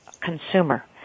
consumer